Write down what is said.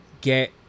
get